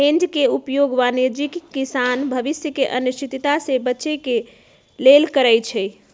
hedge के उपयोग वाणिज्यिक किसान भविष्य के अनिश्चितता से बचे के लेल करइ छै